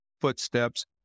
footsteps